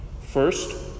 First